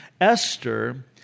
Esther